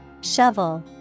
Shovel